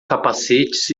capacetes